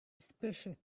suspicious